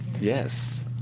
Yes